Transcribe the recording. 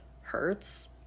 hurts